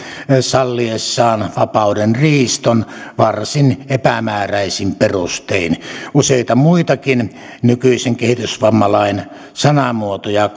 salliessaan vapaudenriiston varsin epämääräisin perustein useita muitakin nykyisen kehitysvammalain sanamuotoja